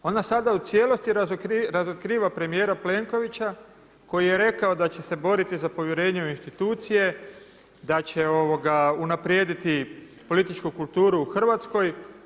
Ona sada u cijelosti razotkriva premijera Plenkovića koji je rekao da će se boriti za povjerenje u institucije, da će unaprijediti političku kulturu u Hrvatskoj.